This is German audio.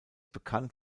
bekannt